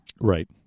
Right